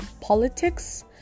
Politics